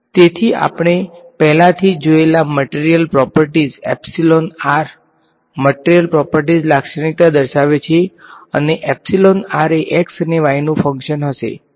તે તેથી આપણે પહેલાથી જ જોયેલા મટેરીયલ પ્રોપર્ટીઝ મટેરીયલ પ્રોપર્ટીઝ લાક્ષણિકતા દર્શાવે છે અને આ એ x અને y નુ ફંકશન હશે